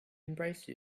embrace